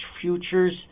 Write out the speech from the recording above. futures